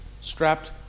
strapped